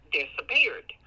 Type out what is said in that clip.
disappeared